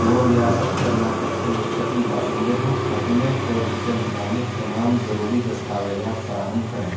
وہ ریاست کرناٹک کے مستقل باشندے ہوں اپنے کورس سے متعلق تمام ضروری دستاویزات فراہم کریں